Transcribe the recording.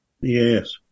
Yes